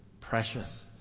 precious